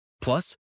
Plus